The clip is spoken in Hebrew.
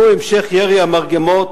והוא המשך ירי המרגמות,